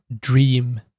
dream